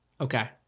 Okay